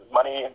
money